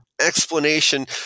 explanation